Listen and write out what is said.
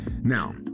Now